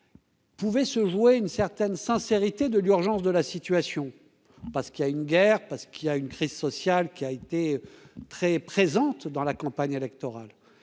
pouvait se vouer une certaine sincérité de l'urgence de la situation, parce qu'il y a une guerre parce qu'il y a une crise sociale qui a été très présente dans la campagne électorale